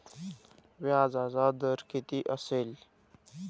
व्याजाचा दर किती असेल?